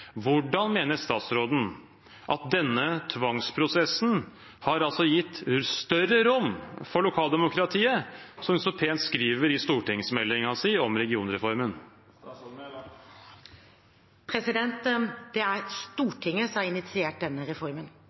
Hvordan mener statsråden at denne tvangsprosessen har gitt større rom for lokaldemokratiet, som hun så pent skriver i stortingsmeldingen sin om regionreformen? Det er Stortinget som har initiert denne reformen